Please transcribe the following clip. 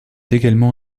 également